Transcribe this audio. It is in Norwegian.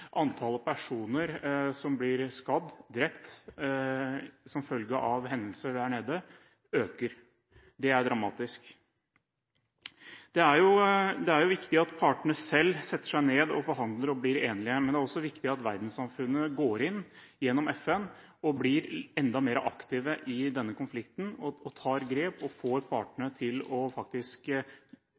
antallet personer som blir skadd og drept som følge av hendelser der nede, øker. Det er dramatisk. Det er viktig at partene selv setter seg ned og forhandler og blir enige, men det er også viktig at verdenssamfunnet går inn, gjennom FN, og blir enda mer aktiv i denne konflikten, at en tar grep og får partene til faktisk å